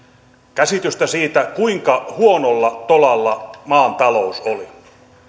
käsitystä siitä kuinka huonolla tolalla maan talous oli